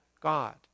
God